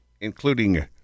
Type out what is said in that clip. including